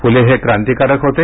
फुले हे क्रांतिकारक होते